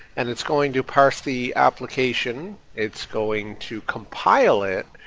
and it's going to parse the application, it's going to compile it,